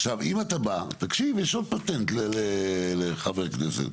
עכשיו, אם אתה בא, תקשיב, יש עוד פטנט לחבר כנסת.